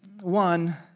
one